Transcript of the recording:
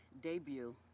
debut